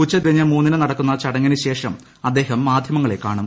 ഉച്ചതിരിഞ്ഞ് മൂന്നിന് നടക്കുന്ന ചടങ്ങിന് ശേഷം അദ്ദേഹം മാധ്യമങ്ങളെ കാണും